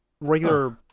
regular